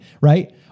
right